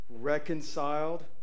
Reconciled